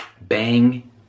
bang